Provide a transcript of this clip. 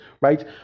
right